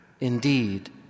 Indeed